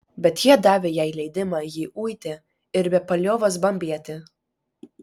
bet jie davė jai leidimą jį uiti ir be paliovos bambėti